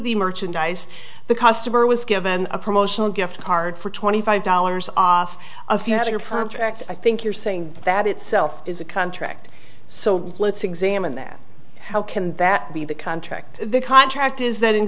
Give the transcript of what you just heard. the merchandise the customer was given a promotional gift card for twenty five dollars off a future projects i think you're saying that itself is a contract so let's examine that how can that be the contract the contract is that in